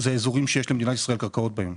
האזורים שיש למדינת ישראל קרקעות בהם.